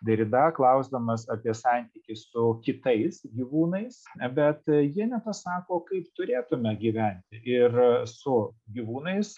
derida klausdamas apie santykį su kitais gyvūnais bet jie nepasako kaip turėtume gyventi ir su gyvūnais